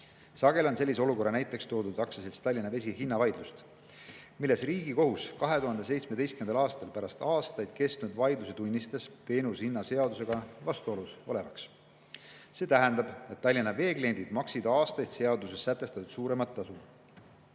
Sageli on sellise olukorra näiteks toodud Aktsiaseltsi Tallinna Vesi hinnavaidlust, milles tunnistas Riigikohus 2017. aastal, pärast aastaid kestnud vaidlusi, teenuse hinna seadusega vastuolus olevaks. See tähendab, et Tallinna Vee kliendid maksid aastaid seaduses sätestatust suuremat tasu.